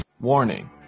Warning